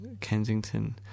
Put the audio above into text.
Kensington